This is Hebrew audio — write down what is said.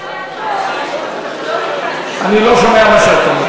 את ההצעה, אני לא שומע מה שאת אומרת.